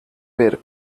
were